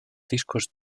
discos